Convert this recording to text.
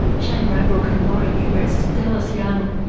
shane bradbrook and lori new breast, dallas young,